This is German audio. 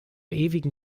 ewigen